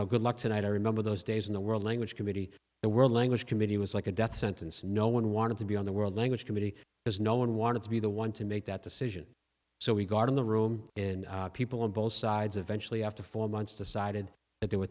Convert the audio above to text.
know good luck tonight i remember those days in the world language committee the world language committee was like a death sentence no one wanted to be on the world language committee because no one wanted to be the one to make that decision so we got in the room and people on both sides eventual you have to for months decided that there were